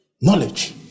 Knowledge